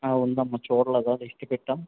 ఆ ఉందమ్మా చూడలేదా లిస్ట్ పెట్టాం